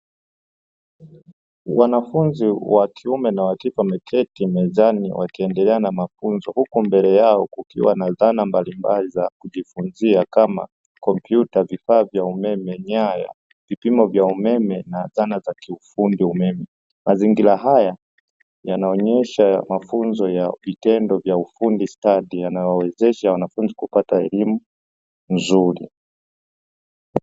Wanafunzi wa kiume na wakike wameketi mezani wakiendelea na mafunzo, huku mbele yao kukiwa na zana mbalimbali za kujifunzia kama: kompyuta, vifaa vya umeme, nyaya, vipimo vya umeme na zana za kiufundi umeme. Mazingira haya yanaonyesha mafunzo ya vitendo vya ufundi stadi yanayowawezesha wanafunzi kupata elimu nzuri.